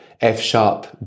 F-sharp